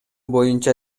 боюнча